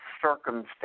circumstance